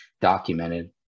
documented